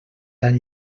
tan